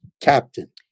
captain